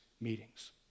meetings